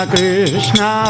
Krishna